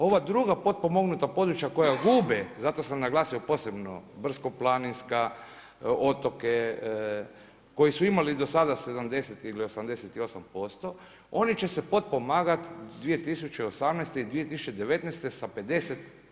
Ova druga potpomognuta područja koja gube, zato sam naglasio posebno brdsko-planinska, otoke, koji su imali do sada 70 ili 88% oni će se potpomagati 2018. i 2019. sa 50%